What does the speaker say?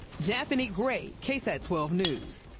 japhanie gray ksat twelve news.